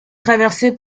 traversée